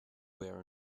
were